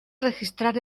registrar